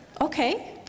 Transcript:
Okay